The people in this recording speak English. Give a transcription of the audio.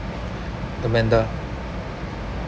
amanda